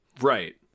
Right